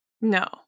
no